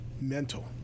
mental